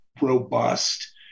robust